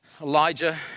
Elijah